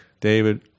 David